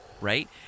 right